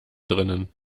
drinnen